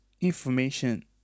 information